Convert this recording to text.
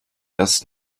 erst